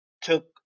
took